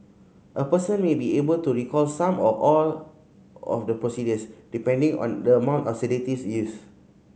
a person may be able to recall some or all of the procedures depending on the amount of sedatives used